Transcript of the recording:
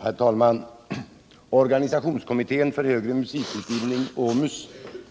Herr talman! Organisationskommittén för högre musikutbildning